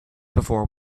before